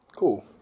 Cool